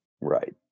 Right